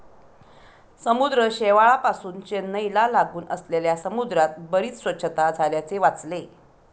समुद्र शेवाळापासुन चेन्नईला लागून असलेल्या समुद्रात बरीच स्वच्छता झाल्याचे वाचले